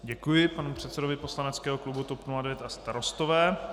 Děkuji panu předsedovi poslaneckého klubu TOP 09 a Starostové.